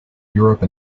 europe